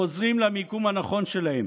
חוזרים למקום הנכון שלהם.